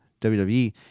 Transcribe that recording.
WWE